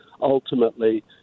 ultimately